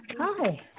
Hi